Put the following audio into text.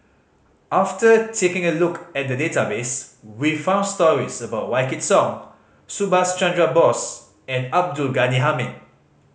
after taking a look at the database we found stories about Wykidd Song Subhas Chandra Bose and Abdul Ghani Hamid